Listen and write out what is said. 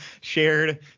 shared